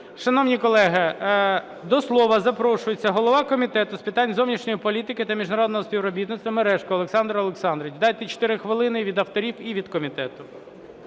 Шановні колеги, до слова запрошується голова Комітету з питань зовнішньої політики та міжнародного співробітництва Мережко Олександр Олександрович. Дайте 4 хвилини: від авторів і від комітету.